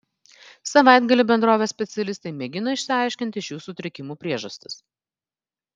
savaitgalį bendrovės specialistai mėgino išsiaiškinti šių sutrikimų priežastis